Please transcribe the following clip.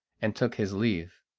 and took his leave.